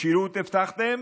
משילות הבטחתם,